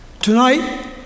Tonight